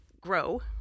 grow